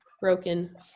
broken